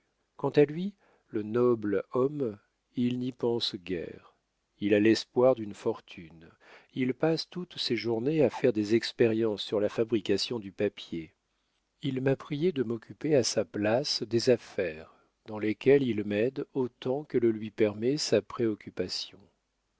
quant à lui le noble homme il n'y pense guère il a l'espoir d'une fortune il passe toutes ses journées à faire des expériences sur la fabrication du papier il m'a priée de m'occuper à sa place des affaires dans lesquelles il m'aide autant que lui permet sa préoccupation